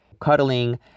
cuddling